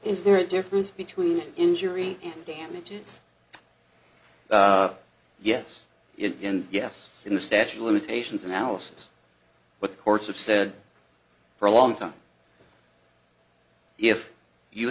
is there a difference between injury and damages yes it can yes in the statute of limitations analysis but courts have said for a long time if you